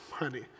money